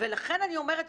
ולכן אני אומרת,